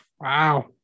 Wow